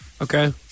okay